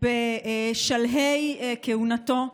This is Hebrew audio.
בשלהי כהונתו.